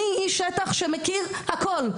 אני איש שטח שמכיר הכול,